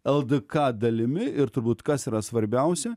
ldk dalimi ir turbūt kas yra svarbiausia